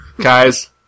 Guys